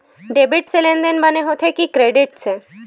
Debit से लेनदेन बने होथे कि क्रेडिट से?